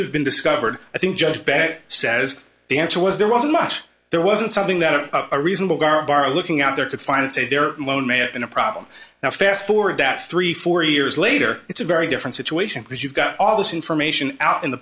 have been discovered i think judge bet says the answer was there wasn't much there wasn't something that a reasonable darbar looking out there could find say their loan may have been a problem now fast forward that's three four years later it's a very different situation because you've got all this information out in the